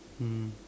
mm